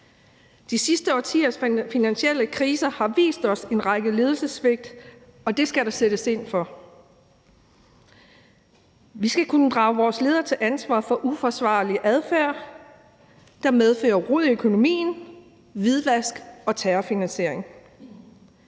De sidste årtiers finansielle kriser har vist os en række ledelsessvigt, og det skal der sættes ind over for. Vi skal kunne drage vores leder til ansvar for uforsvarlig adfærd, der medfører rod i økonomien, hvidvask og terrorfinansiering.